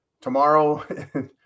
tomorrow